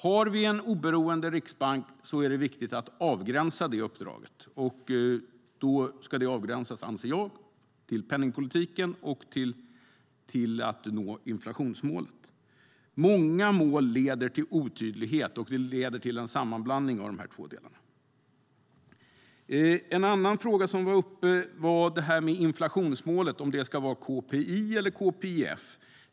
Har vi en oberoende riksbank är det viktigt att avgränsa det uppdraget. Jag anser att det ska avgränsas till penningpolitiken och till att nå inflationsmålet. Finns det många mål leder det till otydlighet och en sammanblandning av de två delarna. En annan fråga som var uppe var om inflationsmålet ska anges i KPI eller KPIF.